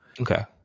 Okay